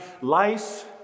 life